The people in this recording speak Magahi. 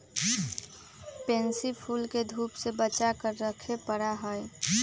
पेनसी फूल के धूप से बचा कर रखे पड़ा हई